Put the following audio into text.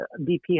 BP